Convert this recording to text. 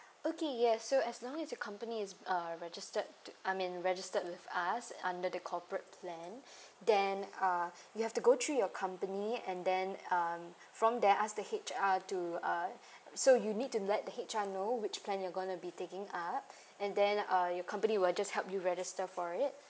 okay yeah so as long as the company is uh registered I mean registered with us under the corporate plan then uh you have to go through your company and then um from there ask the H_R to uh so you need to let the H_R know which plan you're going to be taking up and then uh your company will just help you register for it